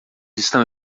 estão